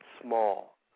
small